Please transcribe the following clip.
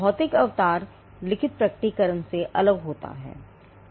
भौतिक अवतार लिखित प्रकटीकरण से अलग है